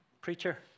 preacher